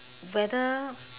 whether